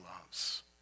loves